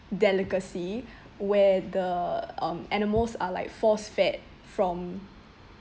delicacy where the um animals are like force fed from